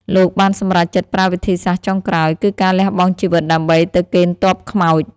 លោកបានសម្រេចចិត្តប្រើវិធីសាស្រ្តចុងក្រោយ គឺការលះបង់ជីវិតដើម្បីទៅកេណ្ឌទ័ពខ្មោច។